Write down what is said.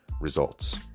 results